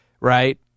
right